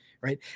right